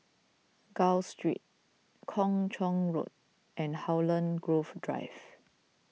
Gul Street Kung Chong Road and Holland Grove Drive